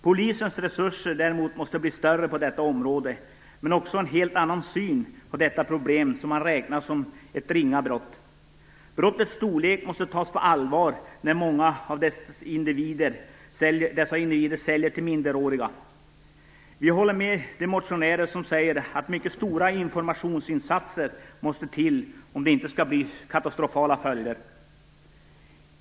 Polisens resurser måste däremot bli större på detta område. Men det måste också till en helt annan syn på detta problem, som räknas som ett ringa brott. Brottet måste tas på allvar. Många av dessa individer säljer till minderåriga. Vi håller med de motionärer som menar att mycket stora informationsinsatser måste till om det inte skall bli katastrofala följder.